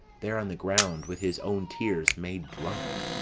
there on the ground, with his own tears made drunk.